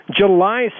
July